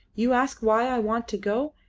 you ask why i want to go,